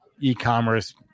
e-commerce